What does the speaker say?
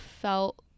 felt